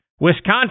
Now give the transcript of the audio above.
Wisconsin